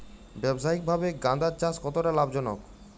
ব্যবসায়িকভাবে গাঁদার চাষ কতটা লাভজনক?